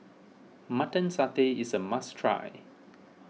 Mutton Satay is a must try